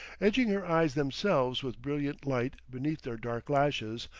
edging her eyes themselves with brilliant light beneath their dark lashes,